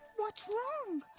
what's wrong?